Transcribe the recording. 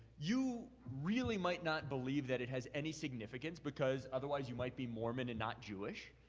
you really might not believe that it has any significant, because otherwise you might be mormon and not jewish,